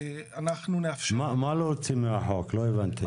מה להוציא מהחוק, לא הבנתי?